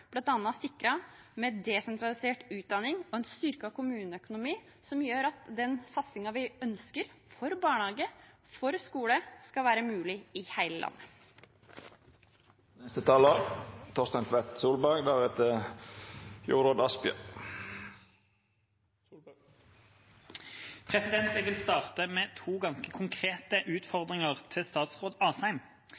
med desentralisert utdanning og en styrket kommuneøkonomi som gjør at den satsingen vi ønsker for barnehage og for skole, skal være mulig i hele